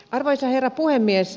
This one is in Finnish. arvoisa herra puhemies